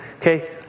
okay